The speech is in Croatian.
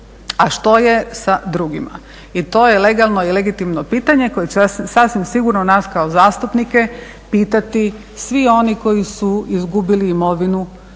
A što je sa drugima? I to je legalno i legitimno pitanje koje će sasvim sigurno nas kao zastupnike pitati svi oni koji su izgubili imovinu